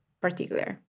particular